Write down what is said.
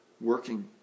working